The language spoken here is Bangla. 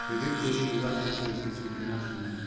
ক্রেডিট যদি লিবার থাকে কিছু কিনার সময়